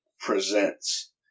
presents